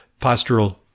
postural